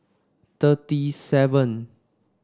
thirty seven